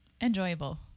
enjoyable